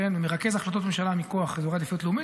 ומרכז החלטות ממשלה מכוח אזורי עדיפות לאומית,